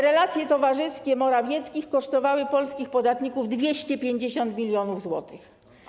Relacje towarzyskie Morawieckich kosztowały polskich podatników 250 mln zł.